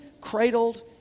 cradled